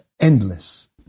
endless